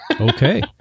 Okay